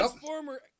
former